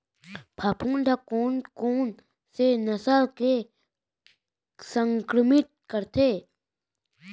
फफूंद ह कोन कोन से फसल ल संक्रमित करथे?